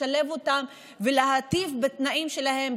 לשלב אותם ולהיטיב את התנאים שלהם,